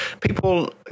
people